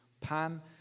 pan